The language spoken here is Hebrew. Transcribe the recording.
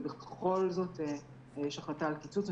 ובכל זאת יש החלטה על קיצוץ.